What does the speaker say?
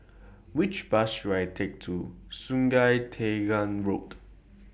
Which Bus should I Take to Sungei Tengah Road